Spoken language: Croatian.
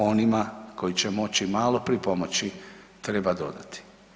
Onima koji će moći malo pripomoći treba dodati.